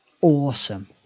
awesome